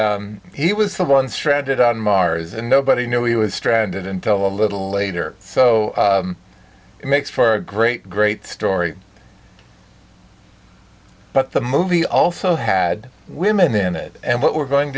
he was someone stranded on mars and nobody knew he was stranded until a little later so it makes for a great great story but the movie also had women in it and what we're going